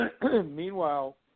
Meanwhile